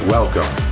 Welcome